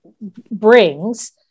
brings